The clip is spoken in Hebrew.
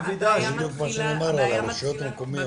זה בדיוק מה שאני אומר לגבי הרשויות המקומיות.